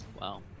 Wow